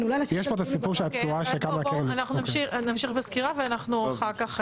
אנחנו נמשיך בסקירה ואחר כך,